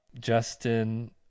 Justin